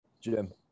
Jim